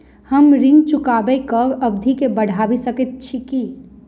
हम ऋण चुकाबै केँ अवधि केँ बढ़ाबी सकैत छी की?